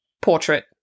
portrait